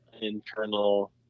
internal